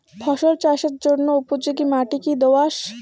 ফসল চাষের জন্য উপযোগি মাটি কী দোআঁশ?